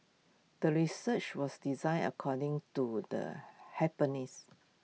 the research was designed according to the hypothesis